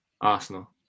Arsenal